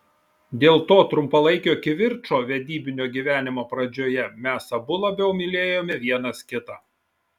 dėl to trumpalaikio kivirčo vedybinio gyvenimo pradžioje mes abu labiau mylėjome vienas kitą